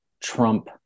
Trump